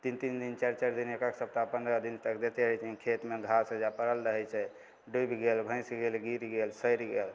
तीन तीन दिन चारि चारि दिन एक एक सप्ताह पनरह दिन तक दैते रहै छथिन खेतमे घास होइ छै जे पड़ल रहै छै डुबि गेल भासि गेल गिर गेल सड़ि गेल